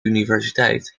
universiteit